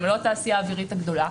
הן לא התעשייה האווירית הגדולה,